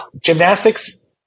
gymnastics